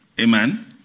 Amen